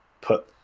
put